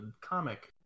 comic